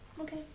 Okay